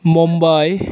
Mumbai